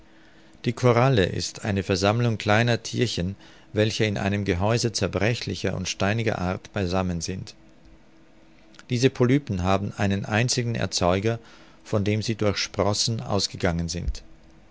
die koralle ist eine versammlung kleiner thierchen welche in einem gehäuse zerbrechlicher und steiniger art beisammen sind diese polypen haben einen einzigen erzeuger von dem sie durch sprossen ausgegangen sind